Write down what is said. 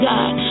God